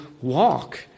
walk